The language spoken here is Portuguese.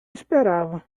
esperava